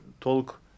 talk